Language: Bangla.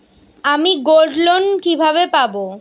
আমি গোল্ডলোন কিভাবে পাব?